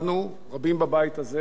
גם יושב-ראש הכנסת,